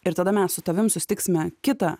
ir tada mes su tavim susitiksime kitą